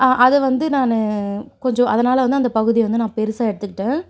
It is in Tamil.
அதை வந்து நான் கொஞ்சம் அதனால் வந்து அந்த பகுதியை வந்து நான் பெருசாக எடுத்துக்கிட்டேன்